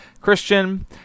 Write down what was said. Christian